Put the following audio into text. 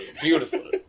beautiful